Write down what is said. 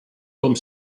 comme